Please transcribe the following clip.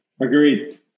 Agreed